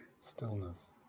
stillness